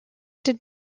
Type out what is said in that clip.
did